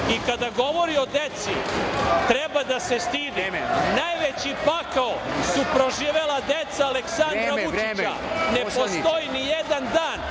govori o deci, treba da se stidi. Najveći pakao su proživela deca Aleksandra Vučića. Ne postoji ni jedan dan